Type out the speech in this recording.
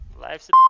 life's